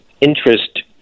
interest